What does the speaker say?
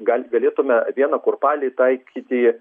gal galėtume vieną kurpalį taikyti